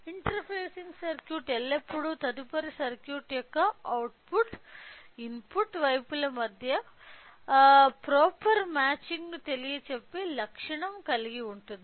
interfacing circuit ఎల్లప్పుడూ తదుపరి circuit యొక్క అవుట్పుట్ ఇన్పుట్ వైపుల మధ్య ప్రొపెర్ మాచింగ్ ను తెలియజెప్పే లక్షణం కలిగివుంటుంది